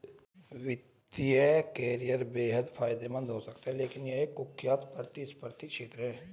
वित्तीय करियर बेहद फायदेमंद हो सकता है लेकिन यह एक कुख्यात प्रतिस्पर्धी क्षेत्र है